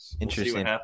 interesting